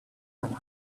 from